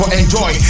enjoy